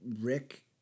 Rick